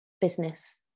business